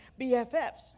BFFs